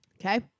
Okay